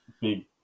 big